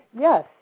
Yes